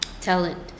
talent